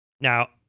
Now